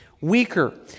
weaker